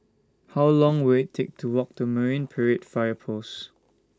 How Long Will IT Take to Walk to Marine Parade Fire Post